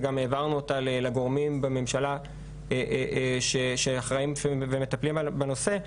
שגם העברנו אותה לגורמים בממשלה שאחראים ומטפלים בנושא,